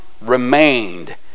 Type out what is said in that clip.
remained